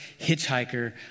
hitchhiker